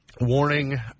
warning